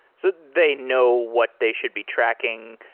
so they know what they should be tracking.